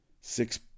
Six